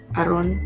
aron